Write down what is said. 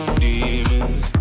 demons